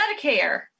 Medicare